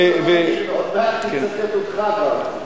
מצטט אותך גם.